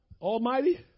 almighty